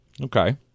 Okay